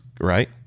right